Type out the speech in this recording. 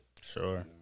Sure